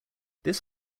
this